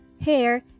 hair